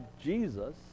Jesus